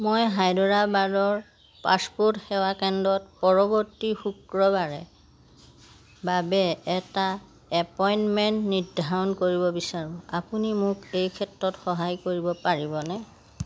মই হায়দৰাবাদৰ পাছপোৰ্ট সেৱা কেন্দ্ৰত পৰৱৰ্তী শুক্ৰবাৰে বাবে এটা এপইণ্টমেণ্ট নিৰ্ধাৰণ কৰিব বিচাৰোঁ আপুনি মোক এই ক্ষেত্ৰত সহায় কৰিব পাৰিবনে